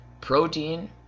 protein